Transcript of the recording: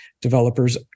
developers